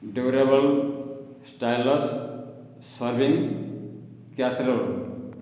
durable stylish serving casserole